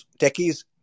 Techies